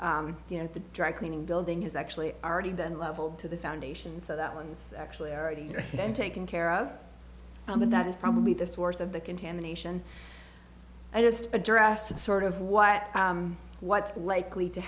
site you know the drycleaning building has actually already been leveled to the foundations so that one's actually already been taken care of and that is probably the source of the contamination i just address that sort of what what's likely to